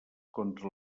contra